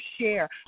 share